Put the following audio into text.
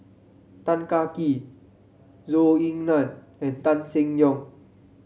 Tan Kah Kee Zhou Ying Nan and Tan Seng Yong